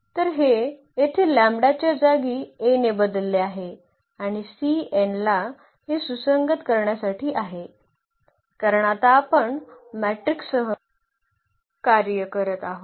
तर हे येथे च्या जागी A ने बदलले आहे आणि c n ला हे सुसंगत करण्यासाठी आहे कारण आता आपण मॅट्रिकसह कार्य करत आहोत